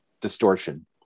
distortion